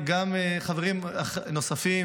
גם חברים נוספים,